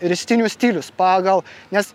ristynių stilius pagal nes